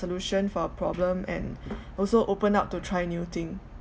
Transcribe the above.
solution for a problem and also open up to try new thing